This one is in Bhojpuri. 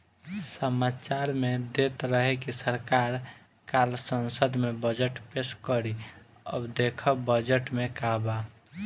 सामाचार में देत रहे की सरकार काल्ह संसद में बजट पेस करी अब देखऽ बजट में का बा